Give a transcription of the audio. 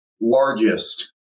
Largest